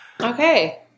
Okay